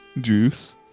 Juice